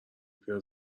پیره